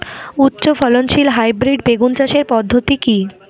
উচ্চ ফলনশীল হাইব্রিড বেগুন চাষের পদ্ধতি কী?